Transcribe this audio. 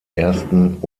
ersten